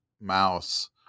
mouse